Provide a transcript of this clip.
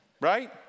right